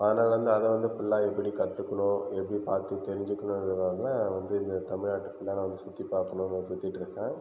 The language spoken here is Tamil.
அதனால வந்து அதனால வந்து ஃபுல்லாகவே எப்படி கற்றுக்கணும் எப்படி பார்த்து தெரிஞ்சுக்கினும் வந்து இந்த தமிழ்நாட்டில் ஃபுல்லா நான் சுற்றிபாக்குனும்னு சுற்றிட்டு இருக்கேன்